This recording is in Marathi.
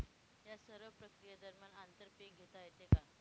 या सर्व प्रक्रिये दरम्यान आंतर पीक घेता येते का?